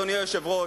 אדוני היושב-ראש,